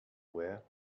wear